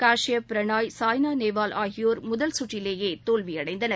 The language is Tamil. காஷ்யப் பிரணாய் சாய்னாநேவால் ஆகியோர் முதல் சுற்றிலேயேதோல்விஅடைந்தனர்